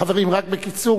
חברים, רק בקיצור.